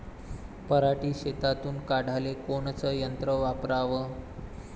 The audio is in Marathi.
पराटी शेतातुन काढाले कोनचं यंत्र वापराव?